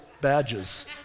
badges